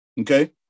Okay